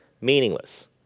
meaningless